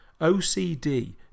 OCD